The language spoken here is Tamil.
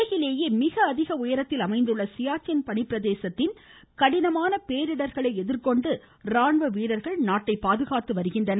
உலகிலேயே மிக அதிக உயரத்தில் அமைந்துள்ள சியாச்சின் பனிப்பிரதேசத்தில் கடினமான பேரிடர்களை எதிர்கொண்டு ராணுவ வீரர்கள் நாட்டை பாதுகாத்து வருகின்றனர்